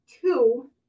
two